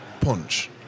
punch